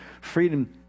freedom